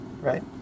Right